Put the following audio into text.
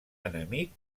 enemic